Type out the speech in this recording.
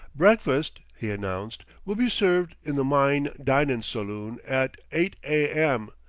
breakfast, he announced, will be served in the myne dinin' saloon at eyght a. m.